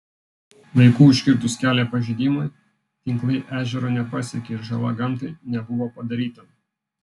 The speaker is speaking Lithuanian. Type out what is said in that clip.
laiku užkirtus kelią pažeidimui tinklai ežero nepasiekė ir žala gamtai nebuvo padaryta